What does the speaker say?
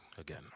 Again